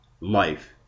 life